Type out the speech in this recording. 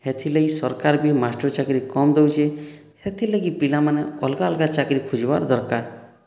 ହେଥିର ଲାଗି ସରକାର ବି ମାଷ୍ଟର ଚାକିରି କମ ଦଉଛେ ହେଥି ଲାଗି ପିଲାମାନେ ଅଲଗା ଅଲଗା ଚାକିରି ଖୁଜବାର ଦରକାର